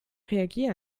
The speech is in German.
reagieren